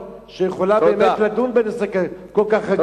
אבל אין לנו ועדה כזאת שיכולה באמת לדון בנושא כל כך רגיש וחשוב.